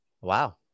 Wow